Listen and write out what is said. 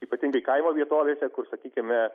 ypatingai kaimo vietovėse kur sakykime